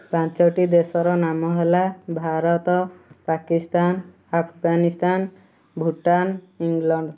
ପାଞ୍ଚଟି ଦେଶର ନାମ ହେଲା ଭାରତ ପାକିସ୍ତାନ ଆଫଗାନିସ୍ତାନ ଭୁଟାନ ଇଂଲଣ୍ଡ